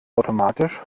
automatisch